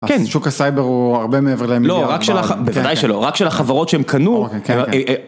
כן, שוק הסייבר הוא הרבה מעבר להם, לא רק של הח בוודאי שלא רק של החברות שהם קנו.